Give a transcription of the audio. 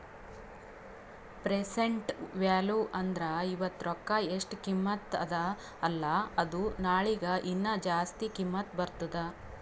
present value ಅಂದುರ್ ಇವತ್ತ ರೊಕ್ಕಾ ಎಸ್ಟ್ ಕಿಮತ್ತ ಅದ ಅಲ್ಲಾ ಅದು ನಾಳಿಗ ಹೀನಾ ಜಾಸ್ತಿ ಕಿಮ್ಮತ್ ಬರ್ತುದ್